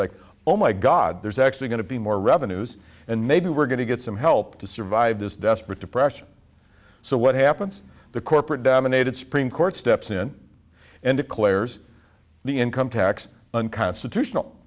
like oh my god there's actually going to be more revenues and maybe we're going to get some help to survive this desperate depression so what happens the corporate dominated supreme court steps in and declares the income tax unconstitutional